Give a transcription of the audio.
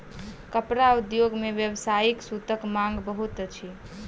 कपड़ा उद्योग मे व्यावसायिक सूतक मांग बहुत अछि